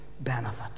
benefit